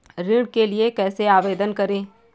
ऋण के लिए कैसे आवेदन करें?